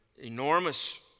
enormous